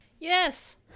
Yes